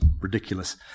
ridiculous